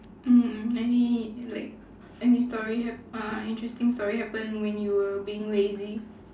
mm any like any story hap~ uh interesting story happen when you were being lazy